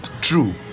true